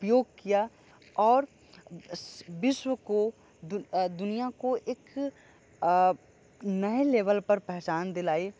उपयोग किया और विश्व को दुनिया को एक नये लेवल पर पहचान दिलाई